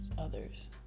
others